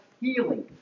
healing